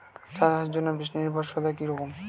চা চাষের জন্য বৃষ্টি নির্ভরশীলতা কী রকম?